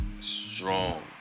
strong